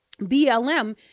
BLM